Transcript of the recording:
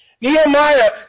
Nehemiah